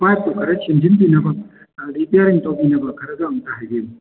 ꯄꯥꯏꯞꯇꯨ ꯈꯔ ꯁꯦꯝꯖꯤꯟꯕꯤꯅꯕ ꯔꯤꯄꯦꯔꯤꯡ ꯇꯧꯕꯤꯅꯕ ꯈꯔꯒ ꯑꯝꯇ ꯍꯥꯏꯕꯤꯌꯨ